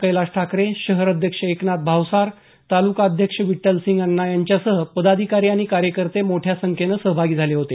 कैलास ठाकरे शहर अध्यक्ष एकनाथ भावसार तालुका अध्यक्ष विठ्ठलसिंग अण्णा यांच्यासह पदाधिकारी आणि कार्यकर्ते मोठ्या संख्येनं सहभागी झाले होते